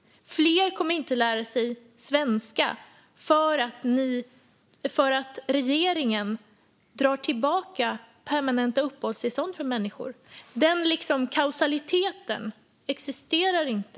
Fler kommer inte att lära sig svenska för att regeringen drar tillbaka permanenta uppehållstillstånd från människor. Den kausaliteten existerar inte.